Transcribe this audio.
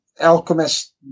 alchemist